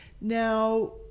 Now